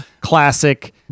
classic